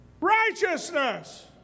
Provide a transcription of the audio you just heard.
righteousness